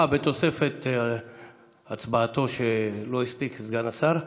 בתוספת הצבעתו של סגן השר,